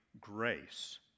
grace